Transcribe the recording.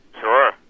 Sure